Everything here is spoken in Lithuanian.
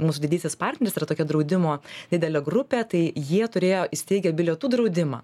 mūsų didysis partneris yra tokia draudimo didelė grupė tai jie turėjo įsteigę bilietų draudimą